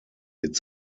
its